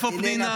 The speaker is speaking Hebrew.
איפה פנינה?